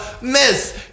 Miss